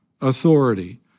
authority